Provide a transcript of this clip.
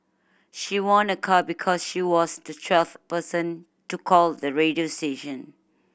she won a car because she was the twelfth person to call the radio station